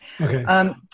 okay